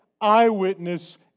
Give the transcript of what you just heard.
eyewitness